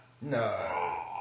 No